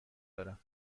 دارم